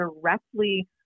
directly